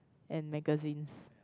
and magazines